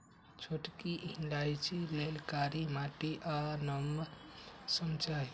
छोटकि इलाइचि लेल कारी माटि आ नम मौसम चाहि